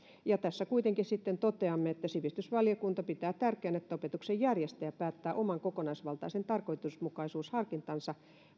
tässä kuitenkin sitten toteamme että sivistysvaliokunta pitää tärkeänä että opetuksen järjestäjä päättää oman kokonaisvaltaisen tarkoitusmukaisuusharkintansa